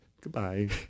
Goodbye